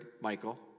Michael